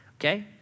okay